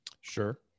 Sure